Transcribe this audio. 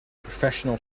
professional